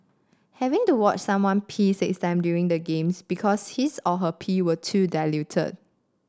having to watch someone pee six time during the Games because his or her pee were too diluted